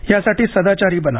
यासाठी सदाचारी बना